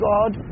God